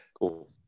Cool